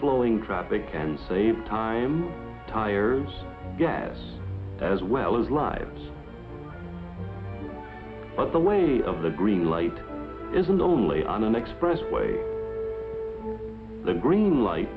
flowing traffic and save time tires gas as well as lives but the way of the green light isn't only on an expressway the green light